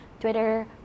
Twitter